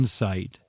insight